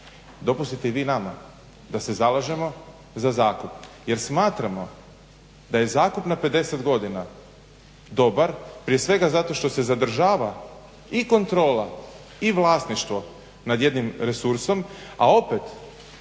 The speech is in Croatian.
dopustite i vi nama da se zalažemo za zakup jer smatramo da je zakup na 50 godina dobar, prije svega zato što se zadržava i kontrola i vlasništvo nad jednim resursom a opet